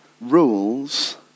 rules